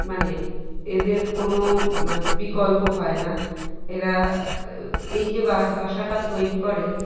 মানে এদের কোনো বিকল্প হয় না এরা এই যে বাসাটা তৈরি করে